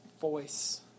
voice